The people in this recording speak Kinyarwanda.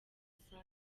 assad